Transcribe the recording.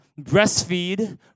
Breastfeed